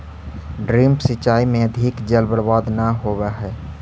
drip सिंचाई में अधिक जल बर्बाद न होवऽ हइ